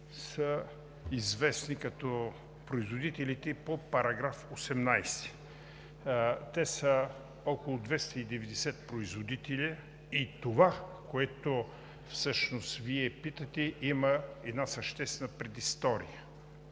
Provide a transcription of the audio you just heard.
са известни като „производителите по параграф 18“. Те са около 290 производители и това, което всъщност Вие питате, има една съществена предистория.